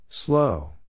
Slow